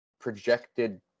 projected